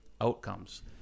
outcomes